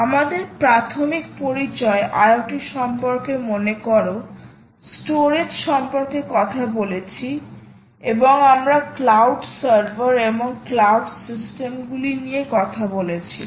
আমাদের প্রাথমিক পরিচয় আইওটি সম্পর্কে মনে করো স্টোরেজ সম্পর্কে কথা বলেছি এবং আমরা ক্লাউড সার্ভার এবং ক্লাউড সিস্টেমগুলি নিয়ে কথা বলেছিলাম